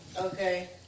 Okay